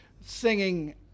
singing